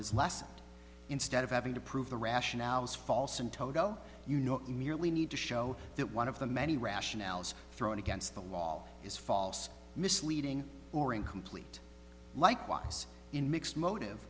is lessened instead of having to prove the rationale is false and todo you know merely need to show that one of the many rationales thrown against the wall is false misleading or incomplete likewise in mixed motive